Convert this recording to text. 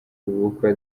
bukwe